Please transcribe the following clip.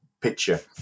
picture